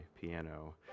piano